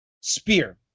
spear